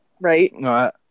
Right